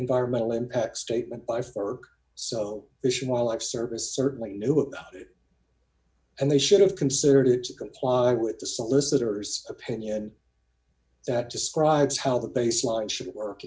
environmental impact statement by four so issued while i service certainly knew about it and they should have considered it to comply with the solicitor's opinion that describes how the baseline should work